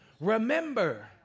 Remember